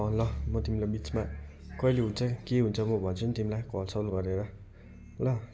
अँ ल म तिमीलाई बिचमा कहिले हुन्छ के हुन्छ म भन्छु नि तिमीलाई कलसल गरेर ल